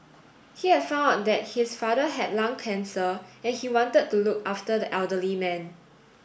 he had found out that his father had lung cancer and he wanted to look after the elderly man